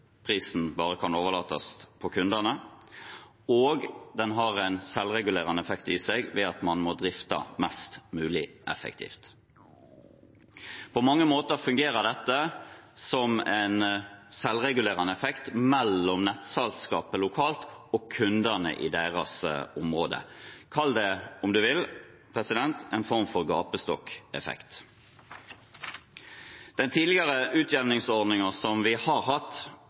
prisen bare kan overlates til kundene. Den har også en selvregulerende effekt i seg ved at man må drifte mest mulig effektivt. På mange måter fungerer dette som en selvregulerende effekt mellom nettselskapet lokalt og kundene i deres område. Kall det – om du vil, president – en form for gapestokkeffekt. Den tidligere utjevningsordningen som vi har hatt,